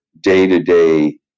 day-to-day